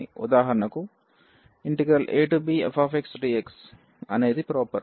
ఉదాహరణకు abfxdx అనేది proper